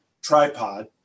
tripod